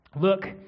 Look